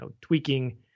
tweaking